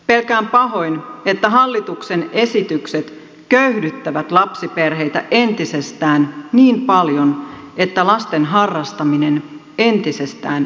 pelkään pahoin että hallituksen esitykset köyhdyttävät lapsiperheitä entisestään niin paljon että lasten harrastaminen entisestään estyy